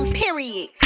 period